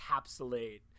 encapsulate